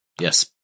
Yes